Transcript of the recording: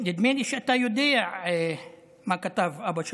נדמה לי שאתה יודע מה כתב אבא שלך.